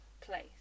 place